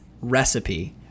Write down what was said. recipe